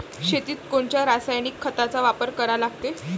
शेतीत कोनच्या रासायनिक खताचा वापर करा लागते?